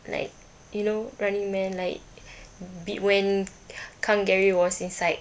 like you know running man like be when kang gary was inside